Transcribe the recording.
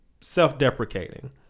self-deprecating